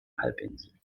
halbinsel